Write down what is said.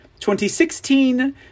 2016